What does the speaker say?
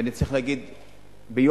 ואני צריך להגיד ביושר,